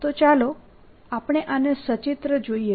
તો ચાલો આપણે આને સચિત્રરૂપે જોઈએ